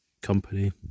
company